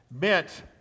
meant